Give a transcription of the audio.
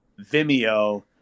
Vimeo